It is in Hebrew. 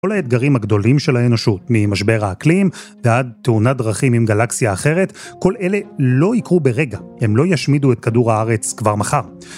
כל האתגרים הגדולים של האנושות, ממשבר האקלים, ועד תאונת דרכים עם גלקסיה אחרת, כל אלה לא יקרו ברגע. הם לא ישמידו את כדור הארץ כבר מחר.